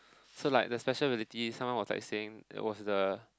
so like the special relativity someone was like saying it was the